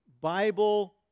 Bible